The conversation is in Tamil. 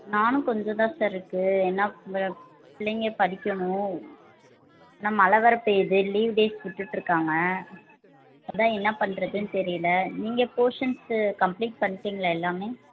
நாளும் கொஞ்சம் தான் சார் இருக்கு என்ன பிள்ளைங்கள் படிக்கணும் என்ன மழ வேறு பெய்யிது லீவ் டேஸ் விட்டுட்ருக்காங்க அதான் என்ன பண்ணுறதுனு தெரியல நீங்கள் போர்ஷன்ஸு கம்ப்ளீட் பண்ணிடிங்களா எல்லாமே